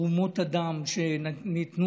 תרומות הדם שניתנו,